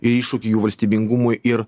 ir iššūkį jų valstybingumui ir